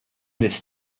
this